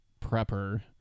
prepper